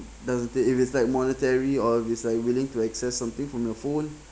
does it take if it's like monetary or if it's like willing to access something from your phone